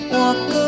walk